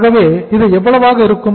ஆகவே இது எவ்வளவாக இருக்கும்